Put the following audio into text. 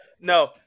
No